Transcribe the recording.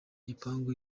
gipangu